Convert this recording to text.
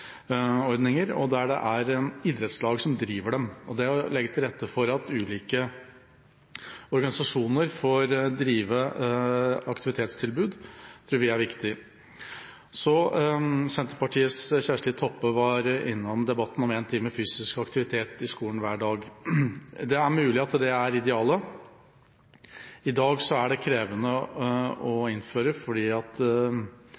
idrettslag. Det å legge til rette for at ulike organisasjoner får drive aktivitetstilbud, tror vi er viktig. Senterpartiets Kjersti Toppe var innom debatten om én time fysisk aktivitet i skolen hver dag. Det er mulig at det er idealet. I dag er det krevende å innføre.